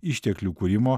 išteklių kūrimo